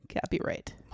Copyright